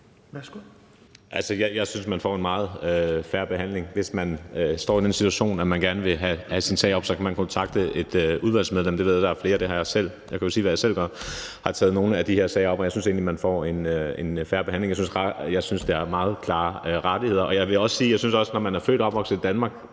Jeg synes, man får en meget fair behandling. Hvis man står i den situation, at man gerne vil have sin sag taget op, kan man kontakte et udvalgsmedlem. Jeg ved, der er flere – og jeg kan jo sige, hvad jeg selv gør – der har taget nogle af de her sager op, og jeg synes egentlig, man får en fair behandling. Jeg synes, der er meget klare rettigheder. Jeg vil også sige, at når man er født og opvokset i Danmark